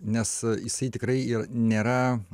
nes jisai tikrai nėra